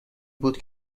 بود